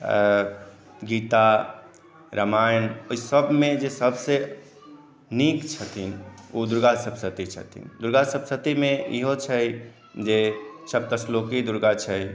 गीता रामायण ओहि सभमे जे सभसँ नीक छथिन ओ दुर्गा सप्तशती छथिन दुर्गा सप्तशतीमे इहो छै जे सप्तश्लोकी दुर्गा छै